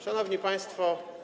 Szanowni Państwo!